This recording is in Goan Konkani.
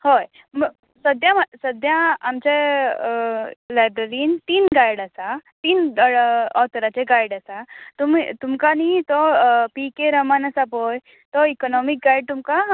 हय म सद्या सद्या आमचे लायब्ररीन तीन गायड आसा तीन ऑथरांचे गायड आसा तुमी तुमकां न्ही तो पी के रमन आसा पळय तो इकनॉमिक गायड तुमका